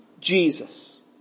Jesus